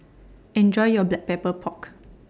Enjoy your Black Pepper Pork